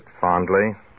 fondly